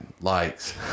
likes